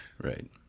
Right